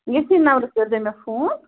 ییٚتھی نمرس پٮ۪ٹھ کٔرۍزیٚو مےٚ فون